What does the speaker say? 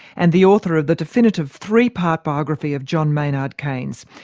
and the author of the definitive three-part biography of john maynard keynes.